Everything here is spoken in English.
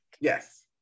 Yes